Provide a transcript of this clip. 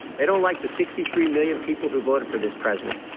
they don't like the sixty three million people who voted for this president.